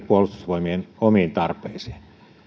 puolustusvoimien omiin tarpeisiin